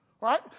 Right